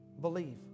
Believe